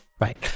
Right